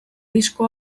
disko